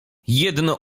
jedno